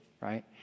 right